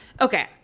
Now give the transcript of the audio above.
okay